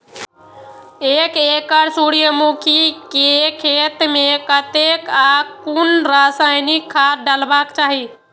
एक एकड़ सूर्यमुखी केय खेत मेय कतेक आ कुन रासायनिक खाद डलबाक चाहि?